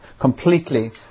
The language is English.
completely